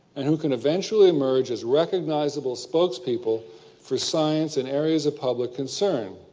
and who can eventually emerge as recognisable spokespeople for science in areas of public concern,